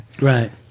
Right